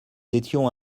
étions